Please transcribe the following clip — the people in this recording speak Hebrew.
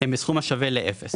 הם בסכום השווה לאפס.